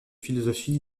philosophie